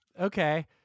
Okay